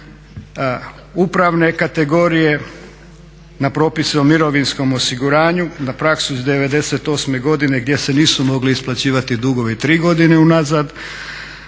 upravne kategorije, na propis o mirovinskom osiguranju, na praksu iz '98. godine gdje se nisu mogli isplaćivati dugovi 3 godine unazad